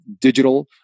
digital